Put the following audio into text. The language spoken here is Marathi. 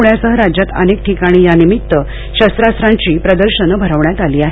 प्ण्यासह राज्यात अनेक ठिकाणी या निमित्त शस्त्रास्त्रांची प्रदर्शनं भरवण्यात आली आहेत